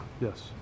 Yes